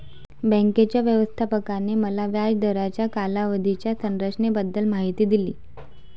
बँकेच्या व्यवस्थापकाने मला व्याज दराच्या कालावधीच्या संरचनेबद्दल माहिती दिली